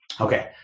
Okay